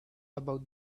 about